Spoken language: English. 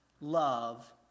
love